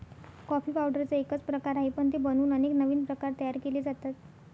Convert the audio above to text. coffee पावडरचा एकच प्रकार आहे, पण ते बनवून अनेक नवीन प्रकार तयार केले जातात